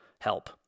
help